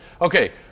Okay